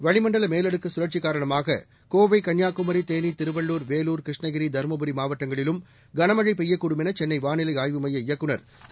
வளிமண்டல் மேலடுக்கு சுழற்சி காரணமாக கோவை கன்னியாகுமரி தேனி திருவள்ளூர் வேலூர் கிருஷ்ணகிரி தருமபுரி மாவட்டங்களிலும் களமழை பெய்யக்கூடும் என சென்னை வாளிலை ஆய்வு மைய இயக்குநர் திரு